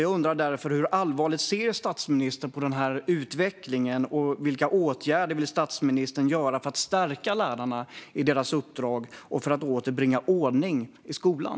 Jag undrar därför: Hur allvarligt ser statsministern på utvecklingen, och vilka åtgärder vill statsministern vidta för att stärka lärarna i deras uppdrag och för att åter bringa ordning i skolan?